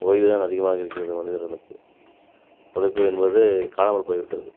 ஓய்வுதான் அதிகமாக இருக்கிறது மனிதர்களுக்கு உழைப்பு என்பது காணாமல் போய் விட்டது